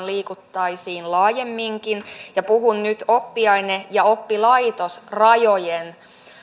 liikuttaisiin laajemminkin ja puhun nyt oppiaine ja oppilaitosrajojen